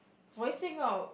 voicing out